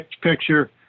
picture